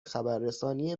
خبررسانی